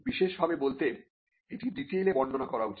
বিশেষ ভাবে বলতে এটি ডিটেলে বর্ণনা করা উচিত